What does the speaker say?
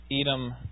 Edom